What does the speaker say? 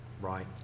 right